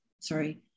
sorry